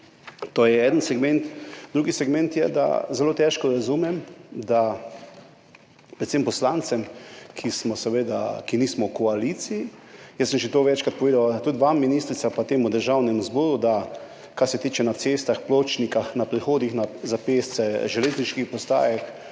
To je en segment. Drugi segment je, da zelo težko razumem, da predvsem poslance, ki nismo v koaliciji, jaz sem to že večkrat povedal tudi vam, ministrica, pa temu državnemu zboru, kar se tiče – na cestah, pločnikih, na prehodih za pešce, železniških postajah,